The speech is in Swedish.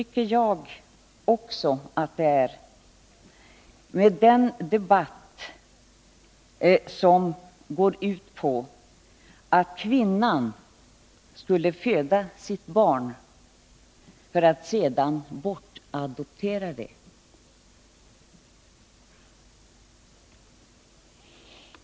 Lika inhumant gentemot kvinnan tycker jag att den debatt är som går ut på att kvinnan skall föda sitt barn för att sedan bortadoptera det.